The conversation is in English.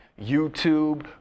YouTube